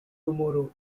tomorrow